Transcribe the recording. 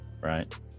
Right